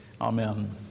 Amen